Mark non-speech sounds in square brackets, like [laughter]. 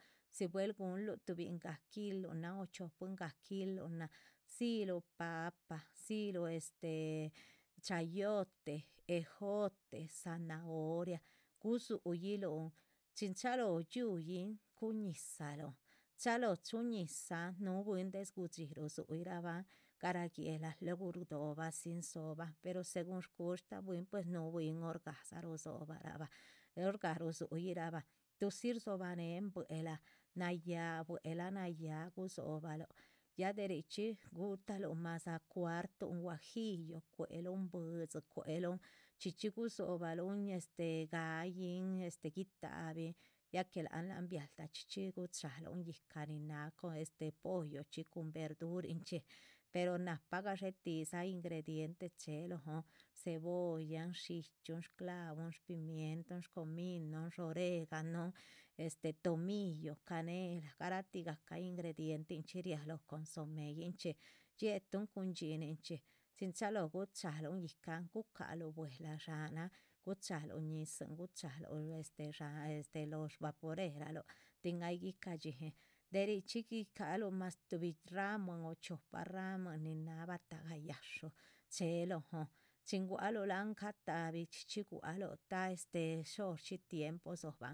Si buehl guhunlh tubihn gah kilun nahn o chipuin gah kilun nan dziluh papa, dziluh este chayoteh, ejote, zanahoria, gudzuyih luhn, chin chalóho dxíuh yin cuhu ñizaluhun. chalóho chúhu ñizahn, núhu bwín des gudxí rudxiyirabah garáh guéhla luegu rdobadzin dzóhoban segun shgushta bwín pues núhu bwín horgahdza rudzobah rah bah horgah. rudzúyi rabahn tudzi rdzobah néhen buehla, nayáh buehla nayáh gudzóhobaluh ya de richxí guchaluh madza cuartun guajillo, cuéheluun buidzi, cuéhelun chxí chxí gudzóhobalun este. ga´yin este guitahabin ya que lác han ahn bialdah chxí chxí gucháhalun yíhca nin náha con este pollo chxí cun verdurin chxí pero nahpa gadxé tih, ingrediente chéhe. lóhon cebollan, sdxíchyun, shclavon, shpimientan, shcominon, shoreganon, este tomillo canelah, garatih gahca ingredientenchxí riáha consomeyin chxí. dxiéhetun cun dxínin chin chalóho gucháhalun yíhcan gucáhaluh bwelah dshánan guchahaluh ñizin guchhaluh [unintelligible] lóho shvaporeeraluh tin ay guicadxíhin. de richxí guicahaluh mas tuhbi ramuin o chiopa ramuin nin náha batahga yáshu chéhe lóhon chin gualuh láhan catahbi chxí chxí gualuh shor shí tiempo dzohóban